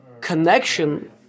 connection